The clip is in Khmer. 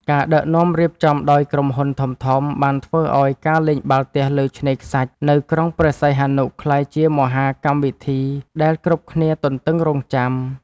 ការដឹកនាំរៀបចំដោយក្រុមហ៊ុនធំៗ បានធ្វើឱ្យការលេងបាល់ទះលើឆ្នេរខ្សាច់នៅក្រុងព្រះសីហនុក្លាយជាមហាកម្មវិធីដែលគ្រប់គ្នាទន្ទឹងរង់ចាំ។